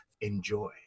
Enjoy